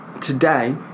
today